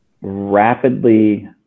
rapidly